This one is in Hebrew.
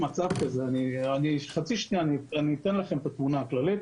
אני אתן לכם את התמונה הכללית.